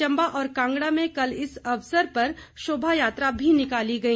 चम्बा और कांगड़ा में कल इस अवसर पर शोभायात्रा भी निकाली गई